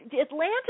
Atlanta